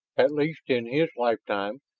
at least in his lifetime,